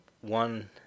one